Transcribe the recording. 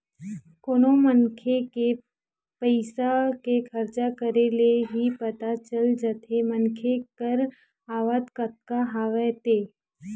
कोनो मनखे के पइसा के खरचा करे ले ही पता चल जाथे मनखे कर आवक कतका हवय ते